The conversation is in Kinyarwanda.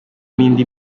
n’indi